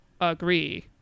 agree